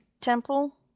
temple